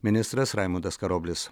ministras raimundas karoblis